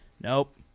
Nope